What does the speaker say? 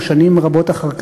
שנים רבות אחר כך,